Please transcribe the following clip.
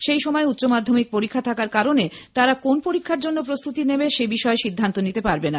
সেই সময় উচ্চ মাধ্যমিক পরীক্ষা থাকার কারণে তারা কোন পরীক্ষার জন্য প্রস্তুতি নেবে সেবিষয়ে সিদ্ধান্ত নিতে পারবে না